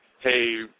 hey